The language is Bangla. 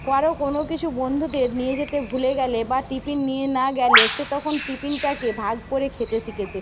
কারও কোনো কিছু বন্ধুদের নিয়ে যেতে ভুলে গেলে বা টিফিন নিয়ে না গেলে সে তখন টিফিনটাকে ভাগ করে খেতে শিখেছে